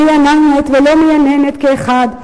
מייננת ולא מייננת כאחת,